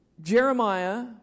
Jeremiah